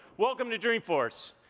welcome to dreamforce.